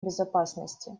безопасности